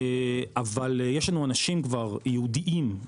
אבל יש לנו אנשים כבר, ייעודיים,